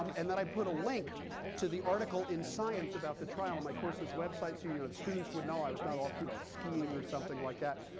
um and then i put a link to the article in science about the trial on my course's website, so you know students would know i was not off you know skiing or something like that,